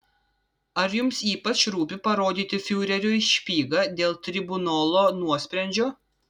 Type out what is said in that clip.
ar jums ypač rūpi parodyti fiureriui špygą dėl tribunolo nuosprendžio